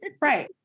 right